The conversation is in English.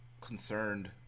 concerned